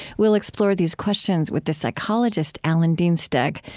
we'll explore these questions with the psychologist alan dienstag.